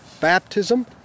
baptism